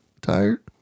Tired